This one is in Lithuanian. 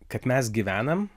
kad mes gyvenam